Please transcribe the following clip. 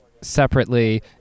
separately